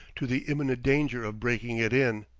to the imminent danger of breaking it in.